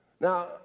Now